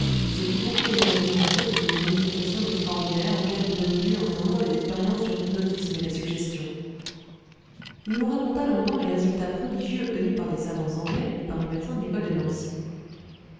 qui s'occupe beaucoup des maladies nerveuses et des manifestations extraordinaires auxquelles donnent lieu en ce moment les expériences sur l'hypnotisme et la suggestion il nous raconta longuement les résultats prodigieux obtenus par des savants anglais et par les médecins de l'école de nancy